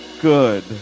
good